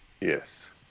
Yes